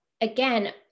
again